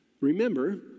remember